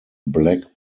black